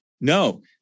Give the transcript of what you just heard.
No